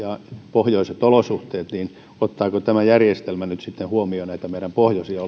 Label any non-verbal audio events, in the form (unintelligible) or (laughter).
pohjoiset olosuhteet niin ottaako tämä järjestelmä nyt sitten huomioon näitä meidän pohjoisia (unintelligible)